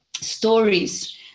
stories